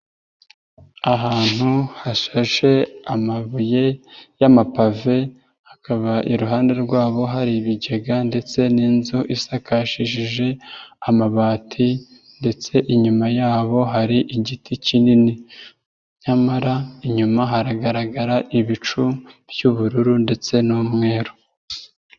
Ahantu hashashe amabuye y'amapave, hakaba iruhande rwabo hari ibigega, ndetse n'inzu isakashishije amabati, ndetse inyuma yabo hari igiti kinini. Nyamara inyuma haragaragara ibicu by'ubururu, ndetse n'umweru.